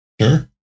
Sure